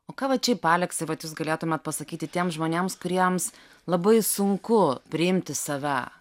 o ką vat šiaip aleksai vat jūs galėtumėt pasakyt tiems žmonėms kuriems labai sunku priimti save